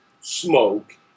smoke